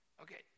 Okay